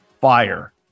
fire